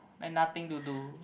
then nothing to do